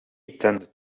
attended